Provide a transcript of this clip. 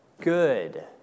good